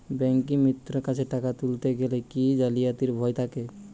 ব্যাঙ্কিমিত্র কাছে টাকা তুলতে গেলে কি জালিয়াতির ভয় থাকে?